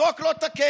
החוק לא תקף,